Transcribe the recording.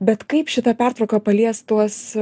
bet kaip šita pertvarka palies tuos